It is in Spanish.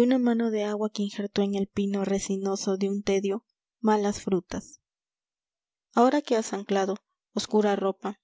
una mano de agua que injertó en el pino resinoso de un tedio malas frutas ahora que has anclado oscura ropa